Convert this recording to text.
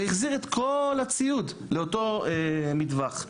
והחזיר את כל הציוד לאותו מטווח,